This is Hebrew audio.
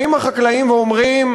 באים החקלאים ואומרים: